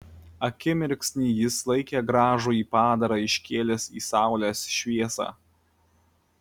akimirksnį jis laikė gražųjį padarą iškėlęs į saulės šviesą